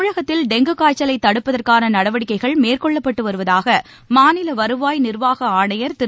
தமிழகத்தில் டெங்கு காய்ச்சலைதடுப்பதற்கானநடவடிக்கைகள் மேற்கொள்ளப்பட்டுவருவதாகமாநிலவருவாய் நிர்வாகஆணையர் திரு